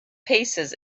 paces